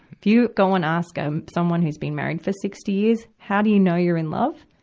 if you go and ask um someone who's been married for sixty years how do you know you're in love,